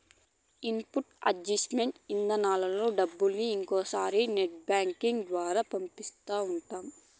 NEFT, RTGS ఇధానాల్లో డబ్బుల్ని ఇంకొకరి నెట్ బ్యాంకింగ్ ద్వారా పంపిస్తా ఉంటాం